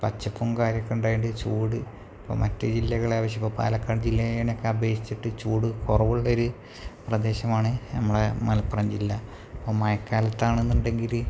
പച്ചപ്പും കാര്യമൊക്കെ ഉണ്ടായതു കൊണ്ട് ചൂട് ഇപ്പം മറ്റു ജില്ലകളെ അപേക്ഷിച്ച് ഇപ്പോൾ പാലക്കാട് ജില്ലയിനെ ഒക്കെ അപേക്ഷിച്ചിട്ട് ചൂടു കുറവുള്ളൊരു പ്രദേശമാണ് നമ്മളുടെ മലപ്പുറം ജില്ല അപ്പോൾ മഴ കാലത്താണെന്നുണ്ടെങ്കിൽ